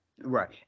right